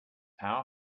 power